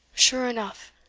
sure enough,